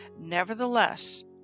Nevertheless